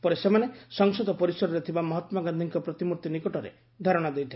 ପରେ ସେମାନେ ସଂସଦ ପରିସରରେ ଥିବା ମହାତ୍ମାଗାନ୍ଧୀଙ୍କ ପ୍ରତିମୂର୍ତୀ ନିକଟରେ ଧାରଣା ଦେଇଥିଲେ